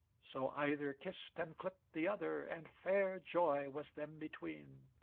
so either kissed and clipped the other, and fair joy was them between.